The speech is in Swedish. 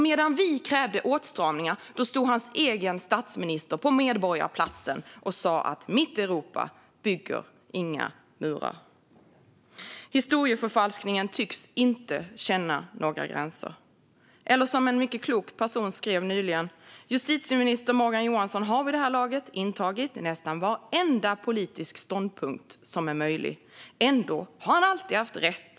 Medan vi krävde åtstramningar stod hans egen statsminister på Medborgarplatsen och sa: Mitt Europa bygger inga murar. Historieförfalskningen tycks inte känna några gränser - eller, som en mycket klok person skrev nyligen: "Justitieminister Morgan Johansson har vid det här laget intagit nästan varenda politisk ståndpunkt som är möjlig. Ändå har han alltid haft rätt.